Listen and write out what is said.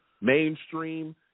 mainstream